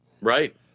Right